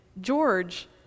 George